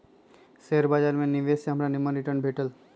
share बाजार में निवेश से हमरा निम्मन रिटर्न भेटल